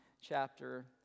chapter